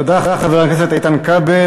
תודה, חבר הכנסת איתן כבל.